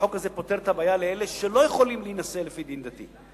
החוק הזה פותר את הבעיה לאלה שלא יכולים להינשא לפי דין דתי.